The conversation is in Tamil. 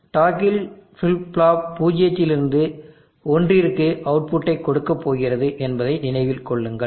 டாக்கில் ஃபிளிப் ஃப்ளாப் பூஜ்ஜியத்திலிருந்து ஒன்றிற்கு அவுட்புட்டை கொடுக்கப் போகிறது என்பதை நினைவில் கொள்ளுங்கள்